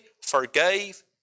forgave